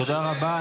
תודה רבה.